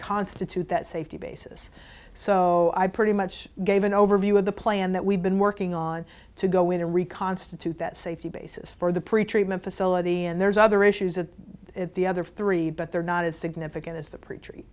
constitute that safety basis so i pretty much gave an overview of the plan that we've been working on to go in and reconstitute that safety basis for the pretreatment facility and there's other issues with the other three but they're not as significant as the p